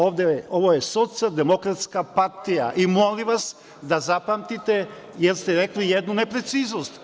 Ovo je Socijaldemokratska partija Srbije i molim vas da zapamtite, jer ste rekli jednu nepreciznost.